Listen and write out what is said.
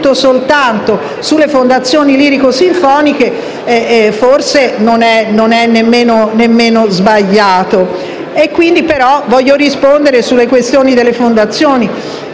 sempre tutto soltanto sulle fondazioni lirico-sinfoniche forse non è nemmeno sbagliato, ma voglio rispondere sulle questioni delle fondazioni.